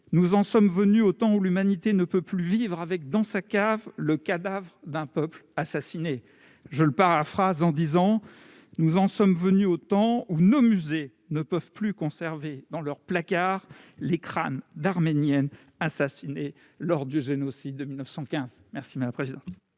Nous en sommes venus au temps où l'humanité ne peut plus vivre avec, dans sa cave, le cadavre d'un peuple assassiné. » Je le paraphraserai pour ma part ainsi :« Nous en sommes venus au temps où nos musées ne peuvent plus conserver dans leurs placards les crânes d'Arméniennes assassinées lors du génocide de 1915. » La parole est